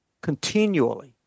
Continually